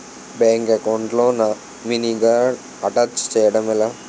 Bank account లో నామినీగా attach చేయడం ఎలా?